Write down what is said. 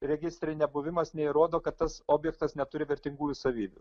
registre nebuvimas neįrodo kad tas objektas neturi vertingųjų savybių